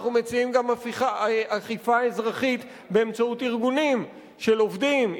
אנחנו מציעים גם אכיפה אזרחית באמצעות ארגונים של עובדים,